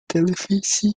televisi